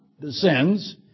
descends